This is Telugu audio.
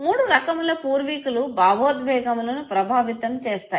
మూడు రకముల పూర్వీకులు భావోద్వేగములను ప్రభావితం చేస్తాయి